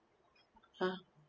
ah